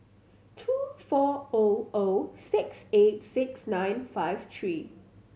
two four O O six eight six nine five three